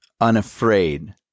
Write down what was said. unafraid